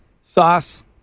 sauce